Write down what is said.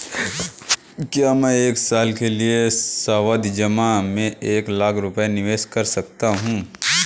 क्या मैं एक साल के लिए सावधि जमा में एक लाख रुपये निवेश कर सकता हूँ?